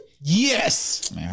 Yes